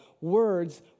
words